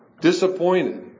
disappointed